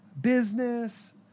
business